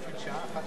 שמעתי אותך